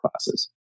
classes